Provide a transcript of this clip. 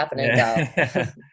happening